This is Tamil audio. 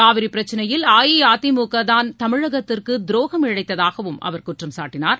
காவிரி பிரச்னையில் அஇஅதிமுக தான் தமிழகத்திற்கு துரோகம் இழழ்ததாகவும் அவர் குற்றம் சாட்டினார்